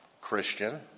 Christian